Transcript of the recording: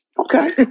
Okay